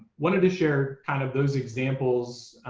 wanted to share kind of those examples